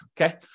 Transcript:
okay